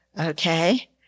Okay